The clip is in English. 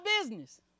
business